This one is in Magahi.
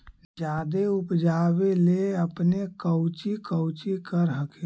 जादे उपजाबे ले अपने कौची कौची कर हखिन?